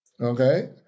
Okay